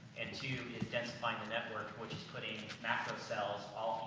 and two, is densifying the network, which is putting macro cells,